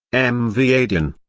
m v. aydin.